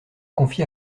confie